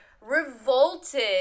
revolted